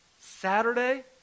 Saturday